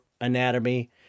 anatomy